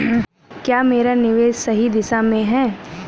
क्या मेरा निवेश सही दिशा में है?